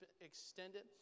extended